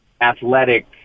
athletic